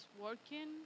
working